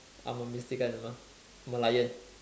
I'm a mystical animal Merlion